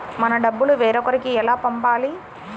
మన డబ్బులు వేరొకరికి ఎలా పంపాలి?